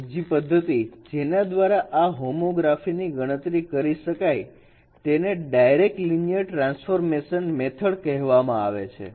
તો બીજી પદ્ધતિ જેના દ્વારા આ હોમોગ્રાફી ની ગણતરી કરી શકાય તેને ડાયરેક્ટ લિનિયર ટ્રાન્સફોર્મેશન મેથડ કહેવામાં આવે છે